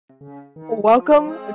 Welcome